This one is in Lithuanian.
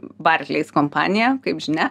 barkleis kompanija kaip žinia